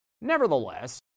nevertheless